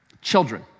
children